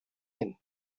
him